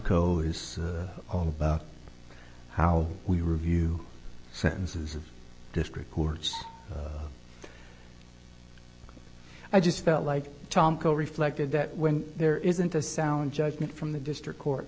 cole is all about how we review sentences of district courts i just felt like tom cole reflected that when there isn't a sound judgment from the district court